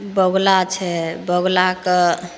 बगुला छै बगुलाकऽ